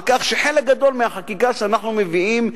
שחלק גדול מהחקיקה שאנחנו מביאים,